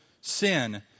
sin